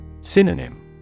Synonym